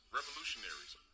revolutionaries